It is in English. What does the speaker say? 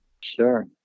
Sure